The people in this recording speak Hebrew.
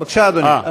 בבקשה, אדוני.